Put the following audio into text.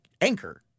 anchor